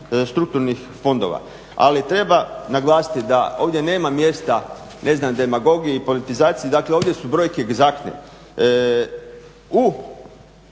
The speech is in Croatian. strukturnih fondova. Ali treba naglasiti da ovdje nema mjesta demagogiji i politizaciji, dakle ovdje su brojke egzaktne. U